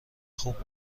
خوب